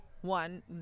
one